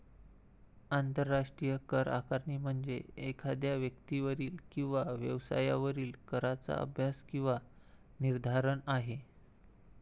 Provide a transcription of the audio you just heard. आंतरराष्ट्रीय करआकारणी म्हणजे एखाद्या व्यक्तीवरील किंवा व्यवसायावरील कराचा अभ्यास किंवा निर्धारण आहे